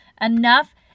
Enough